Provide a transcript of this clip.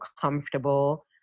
comfortable